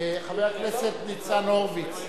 חבר הכנסת ניצן הורוביץ.